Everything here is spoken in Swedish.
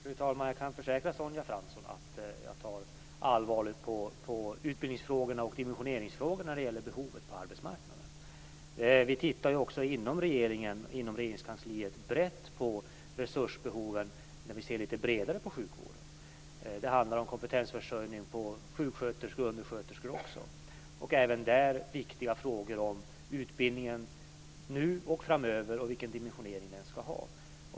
Fru talman! Jag kan försäkra Sonja Fransson att jag tar allvarligt på utbildnings och dimensioneringsfrågorna när det gäller behoven på arbetsmarknaden. Vi ser också inom Regeringskansliet lite bredare på resursbehoven och på sjukvården. Det handlar om kompetensförsörjning av sjuksköterskor och undersköterskor också. Även där ser vi på viktiga frågor om utbildningen nu och framöver och vilken dimensionering den skall ha.